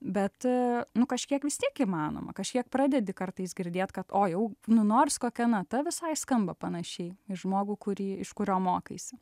bet nu kažkiek vis tiek įmanoma kažkiek pradedi kartais girdėt kad o jau nu nors kokia nata visai skamba panašiai į žmogų kurį iš kurio mokaisi